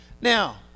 Now